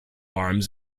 arms